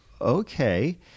okay